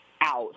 out